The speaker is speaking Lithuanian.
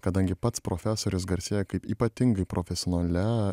kadangi pats profesorius garsėja kaip ypatingai profesionalia